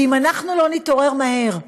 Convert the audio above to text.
ואם אנחנו לא נתעורר מהר,